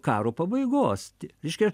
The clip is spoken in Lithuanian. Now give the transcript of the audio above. karo pabaigos reiškia